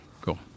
Cool